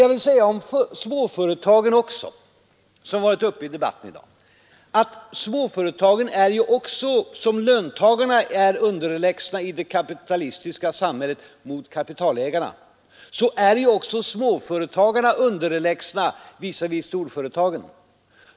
Jag vill också säga några ord om småföretagen, som har varit uppe i debatten i dag. Liksom löntagarna i det kapitalistiska samhället är underlägsna kapitalägarna är småföretagarna underlägsna storföretagen.